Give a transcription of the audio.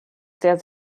sehr